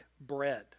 bread